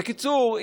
בקיצור,